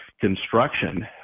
construction